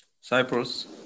Cyprus